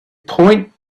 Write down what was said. point